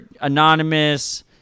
anonymous